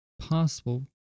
possible